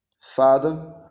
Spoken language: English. Father